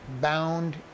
bound